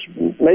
make